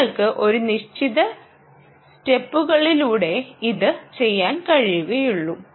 നിങ്ങൾക്ക് ഒരു നിശ്ചിത സ്റ്റെപ്പുകളിലൂടയേ ഇത് ചെയ്യാൻ കഴിയുകയുള്ളു